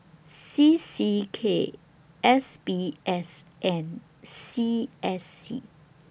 C C K S B S and C S C